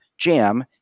Jam